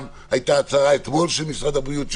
הייתה הצהרה אתמול של משרד הבריאות,